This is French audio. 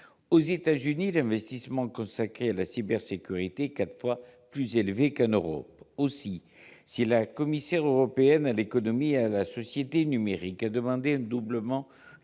Aux États-Unis, l'investissement consacré à la cybersécurité est quatre fois plus élevé qu'en Europe. La commissaire européenne à l'économie et à la société numériques a demandé un doublement